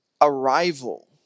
arrival